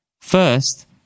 First